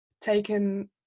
taken